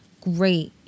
great